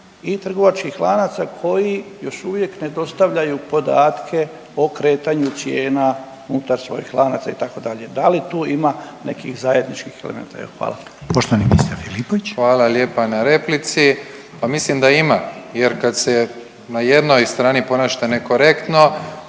i trgovačkih lanaca koji još uvijek ne dostavljaju podatke o kretanju cijena unutar svojih lanaca itd. Da li tu ima nekih zajedničkih elemenata. Evo hvala. **Reiner, Željko (HDZ)** Poštovani ministre Filipović. **Filipović, Davor (HDZ)** Hvala lijepa na replici. Pa mislim da ima, jer kad se na jednoj strani ponašate nekorektno